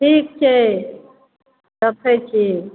ठीक छै रखै छी